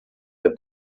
der